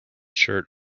shirt